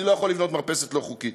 אני לא יכול לבנות מרפסת לא חוקית.